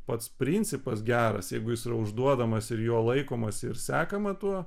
pats principas geras jeigu jis yra užduodamas ir jo laikomasi ir sekama tuo